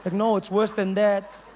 like no, it's worse than that.